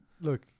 Look